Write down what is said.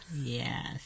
Yes